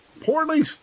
poorly